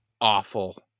awful